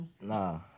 Nah